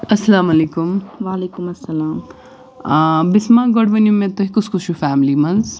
اَسَلامُ عَلیکُم بِسما گۄڈٕ ؤنِو تُہۍ مےٚ تُہۍ کُس کُس چھُو فیملی منٛز